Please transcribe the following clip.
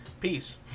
Peace